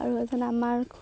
আৰু এজন আমাৰ